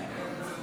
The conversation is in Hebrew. בדבר